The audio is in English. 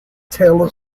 taylor